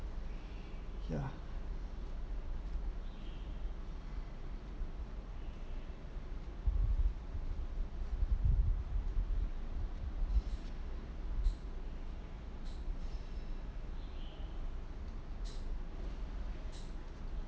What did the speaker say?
ya